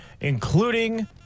including